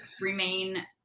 remain